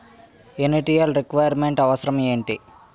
Initial requirement అవసరం ఎంటి?